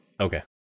Okay